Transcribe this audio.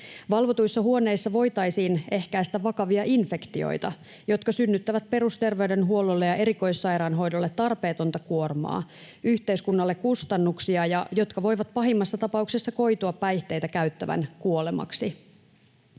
Valvotuissa huoneissa voitaisiin ehkäistä vakavia infektioita, jotka synnyttävät perusterveydenhuollolle ja erikoissairaanhoidolle tarpeetonta kuormaa, yhteiskunnalle kustannuksia, ja jotka voivat pahimmassa tapauksessa koitua päihteitä käyttävän kuolemaksi.